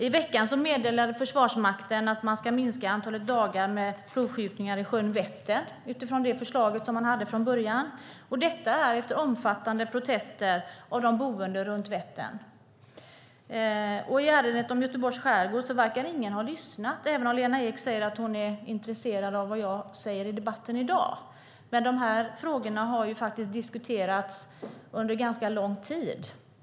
I veckan meddelade Försvarsmakten att man ska minska antalet dagar med provskjutningar i sjön Vättern jämfört med det förslag som man hade från början, detta efter omfattande protester från de boende runt Vättern. I ärendet om Göteborgs skärgård verkar ingen ha lyssnat, även om Lena Ek säger att hon är intresserad av vad jag säger i debatten i dag. De här frågorna har faktiskt diskuterats under ganska lång tid.